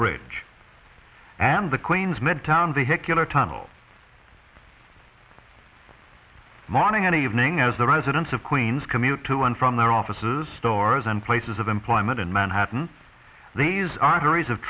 bridge and the queens midtown vehicular tunnel morning and evening as the residents of queens commute to and from their offices stores and places of employment in manhattan these arteries of